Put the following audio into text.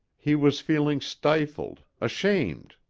he was feeling stifled, ashamed,